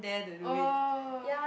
oh